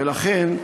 ולכן,